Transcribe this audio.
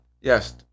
Yes